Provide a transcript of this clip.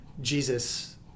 Jesus